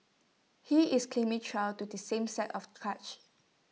he is claiming trial to the same set of charges